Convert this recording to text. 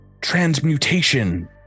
transmutation